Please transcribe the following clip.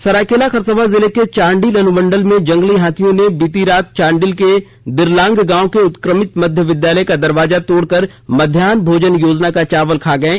सरायकेला खरसावां जिले के चांडिल अनुमंडल में जंगली हाथियों ने बीती रात चांडिल के दिरलांग गांव के उत्क्रमित मध्य विद्यालय का दरवाजा तोड़कर मध्यान्ह भोजन योजना का चावल खा गये